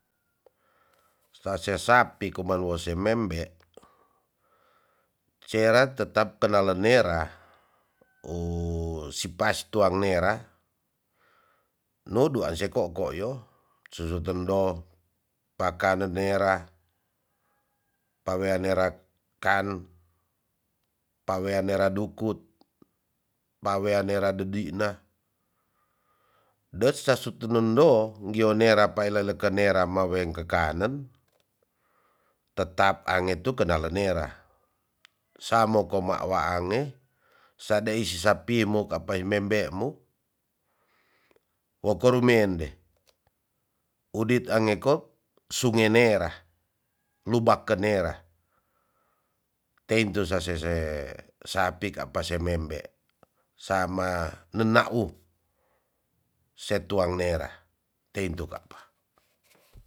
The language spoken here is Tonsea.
Sase sapi kuman wo semembe cera tetap kenala nera u sipas tuang nera nudu a se koko yo susu tendo pakane nera pawean nera kan pawea nera dukut pawea nera dedina desa suti nendo dio nera paele leka nera maweng kekanen tetap ange tu keala nera sa mo ko waangenge sadai si wo ko rumende udit ange ko sunge nera luba ke nera teinto sase se sapi kapa se membe sama nenau setuang nera teintu kapa.